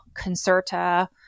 Concerta